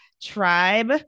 tribe